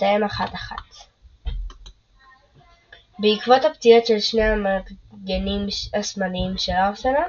שהסתיים 1-1. בעקבות הפציעות של שני המגנים השמאליים של ארסנל,